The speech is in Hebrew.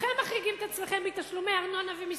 רובכם מחריגים את עצמכם מתשלומי ארנונה ומסים.